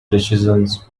decisions